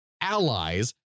allies